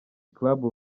club